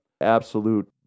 absolute